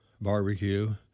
barbecue